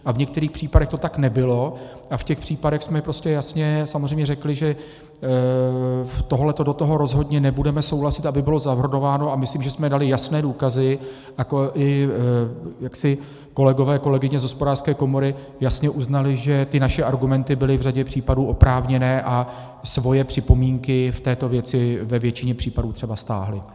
A v některých případech to tak nebylo a v těch případech jsme prostě jasně samozřejmě řekli, že tohleto do toho rozhodně nebudeme souhlasit, aby bylo zahrnováno, a myslím, že jsme dali jasné důkazy, a to i jaksi kolegové, kolegyně z Hospodářské komory jasně uznali, že naše argumenty byly v řadě případů oprávněné, a svoje připomínky v této věci ve většině případů třeba stáhli.